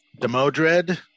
Demodred